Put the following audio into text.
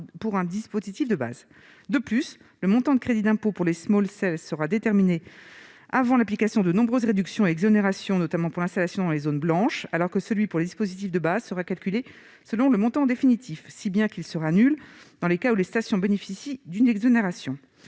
pour un dispositif de base. De plus, le montant du crédit d'impôt pour les serait déterminé avant l'application des nombreuses réductions et exonérations, notamment pour l'installation dans les zones blanches, alors que celui pour les dispositifs de base serait calculé selon le montant définitif, si bien qu'il serait nul dans les cas où les stations bénéficient d'une exonération.